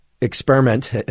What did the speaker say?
experiment